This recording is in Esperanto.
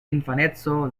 infaneco